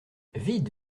vite